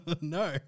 No